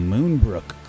Moonbrook